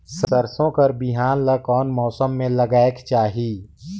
सरसो कर बिहान ला कोन मौसम मे लगायेक चाही?